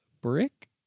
brick